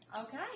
Okay